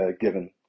given